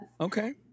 Okay